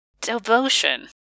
devotion